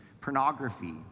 pornography